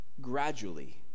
Gradually